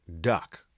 duck